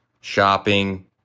shopping